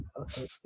Okay